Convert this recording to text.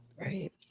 right